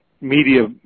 Media